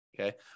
Okay